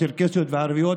צ'רקסיות וערביות,